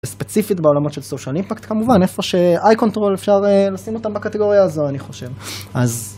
ספציפית בעולמות של סוציאל אימפקט כמובן, איפה ש... אייקונטרול, אפשר לשים אותם בקטגוריה הזו, אני חושב, אז...